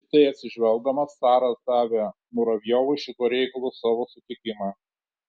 į tai atsižvelgdamas caras davė muravjovui šituo reikalu savo sutikimą